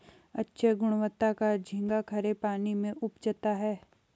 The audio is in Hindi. अच्छे गुणवत्ता का झींगा खरे पानी में उपजता है